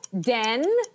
Den